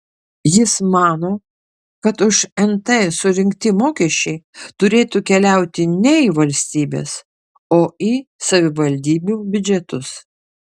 jis mano kad už nt surinkti mokesčiai turėtų keliauti ne į valstybės o į savivaldybių biudžetus